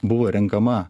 buvo renkama